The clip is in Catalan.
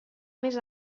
més